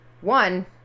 One